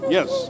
Yes